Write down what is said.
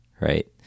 right